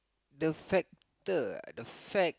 the factor uh the fact